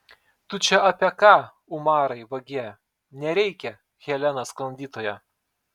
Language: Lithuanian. tu čia apie ką umarai vagie nereikia helena sklandytoja